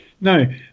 No